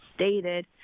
stated